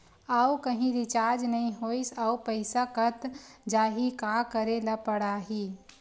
आऊ कहीं रिचार्ज नई होइस आऊ पईसा कत जहीं का करेला पढाही?